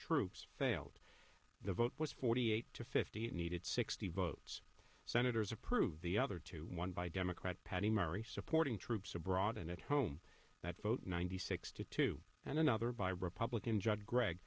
troops failed the vote was forty eight to fifty eight needed sixty votes senators approved the other two one by democrat patty murray supporting troops abroad and at home that vote ninety six to two and another vibe republican judd greg